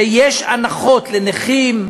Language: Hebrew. שיש הנחות לנכים,